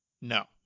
No